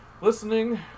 listening